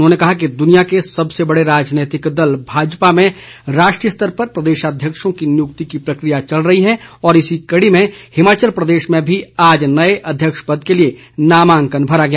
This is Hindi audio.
उन्होंने कहा कि दुनिया के सबसे बड़े राजनीतिक दल भाजपा में राष्ट्रीय स्तर पर प्रदेशाध्यक्षों की नियुक्ति की प्रक्रिया चल रही है और इसी कड़ी में हिमाचल प्रदेश में भी आज नए अध्यक्ष पद के लिए नामांकन भरा गया